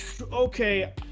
okay